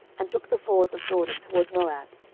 and took the fords of jordan toward moab,